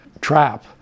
trap